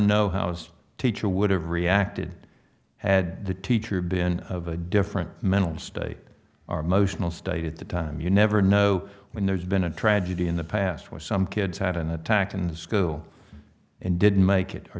know how was teacher would have reacted had the teacher been of a different mental state are motional state at the time you never know when there's been a tragedy in the past where some kids had an attack in the school and didn't make it